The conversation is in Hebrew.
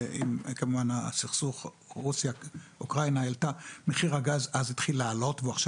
וכמובן שהסכסוך בין רוסיה לאוקראינה אז מחיר הגז התחיל לעלות ועכשיו